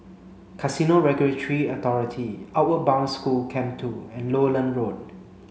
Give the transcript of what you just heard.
Casino Regulatory Authority Outward Bound School Camp two and Lowland Road